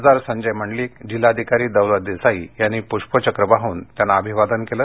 खासदार संजय मंडलीक जिल्हाधिकारी दौलत देसाई यांनी पुष्पचक्र वाहून अभिवादन केलं